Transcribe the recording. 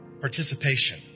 participation